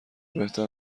بهتر